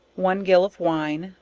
one gill of wine,